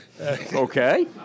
Okay